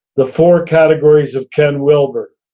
the four categories of ken wilber,